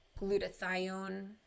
glutathione